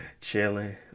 chilling